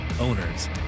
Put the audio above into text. owners